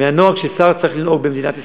מהנוהג ששר צריך לנהוג בו במדינת ישראל,